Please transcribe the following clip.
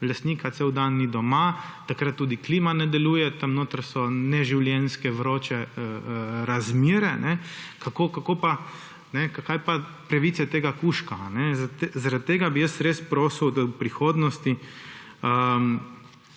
lastnika cel dan ni doma, takrat tudi klima ne deluje, tam notri so neživljenjske vroče razmere, kaj pa pravice tega kužka? Zaradi tega bi jaz res prosil, da v prihodnosti